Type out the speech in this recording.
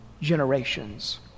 generations